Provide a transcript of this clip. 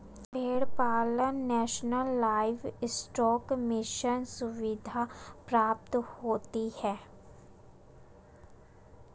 भेड़ पालन पर नेशनल लाइवस्टोक मिशन सुविधा प्राप्त होती है